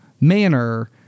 manner